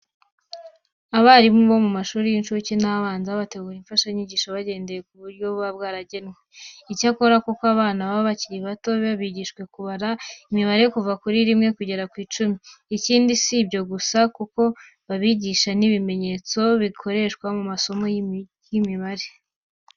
Abarimu bo mu mashuri y'incuke n'abanza, bategura imfashanyigisho bagendeye ku buryo buba byaragenwe. Icyakora kuko aba bana baba bakiri bato bigishwa kubara imibare kuva kuri rimwe kugera ku icumi. Ikindi, si ibyo gusa kuko babigisha n'ibimenyetso bikoreshwa mu isomo ry'imibare.